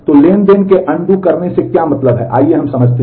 तो ट्रांज़ैक्शन करने से क्या मतलब है आइए हम समझते हैं